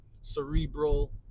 cerebral